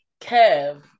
Kev